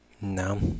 No